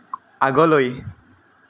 আগলৈ